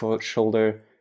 shoulder